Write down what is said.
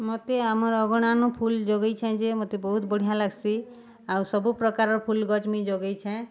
ମତେ ଆମର୍ ଅଗଣାନ ଫୁଲ୍ ଜଗେଇଛେଁ ଯେ ମତେ ବହୁତ୍ ବଢ଼ିଆଁ ଲାଗ୍ସି ଆଉ ସବୁ ପ୍ରକାର୍ର ଫୁଲ୍ ଗଛ୍ ମୁଇଁ ଜଗେଇଛେଁ